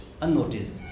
unnoticed